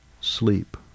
sleep